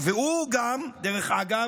הוא גם, דרך אגב,